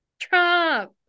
Trump